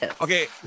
okay